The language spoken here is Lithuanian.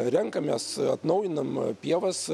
renkamės atnaujinam pievas